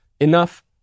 enough